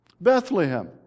Bethlehem